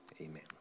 Amen